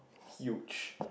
huge